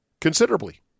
considerably